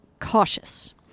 cautious